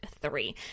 three